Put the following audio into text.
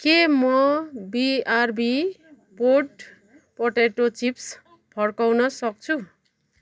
के म बिआरबी पोट पोटेटो चिप्स फर्काउन सक्छु